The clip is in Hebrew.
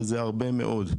וזה היה הרבה מאוד.